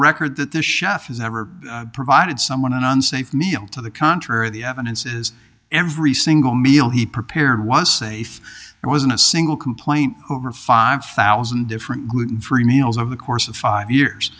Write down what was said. record that the chef is never provided someone an unsafe meal to the contrary the evidence is every single meal he prepared was safe it wasn't a single complaint over five thousand different good three meals of the course of five years